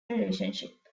relationship